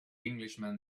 englishman